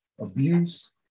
abuse